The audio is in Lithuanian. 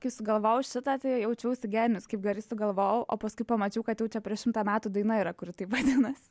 kai sugalvojau šitą tai jaučiausi genijus kaip gerai sugalvojau o paskui pamačiau kad jau čia prieš šimtą metų daina yra kuri taip vadinasi